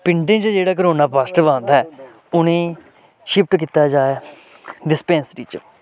पिंडें च जेह्ड़ा कोरोना पाजटिव औंदा ऐ उ'नें गी शिफ्ट कीता जाए डिस्पैंसरी च